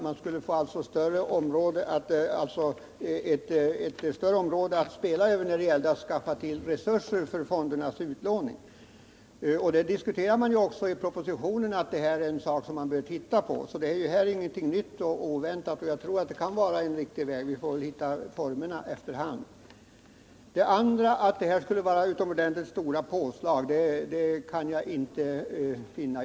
Man skulle alltså få ett större område att spela över när det gällde att skaffa fram resurser för fondernas utlåning. Detta diskuteras ju också i propositionen — huruvida det är en sak som man bör titta på. Det är alltså ingenting nytt och oväntat. Jag tror att det kan vara en riktig väg. Vi får väl hitta formerna efter hand. Att det här skulle vara fråga om utomordentligt stora påslag kan jag inte finna.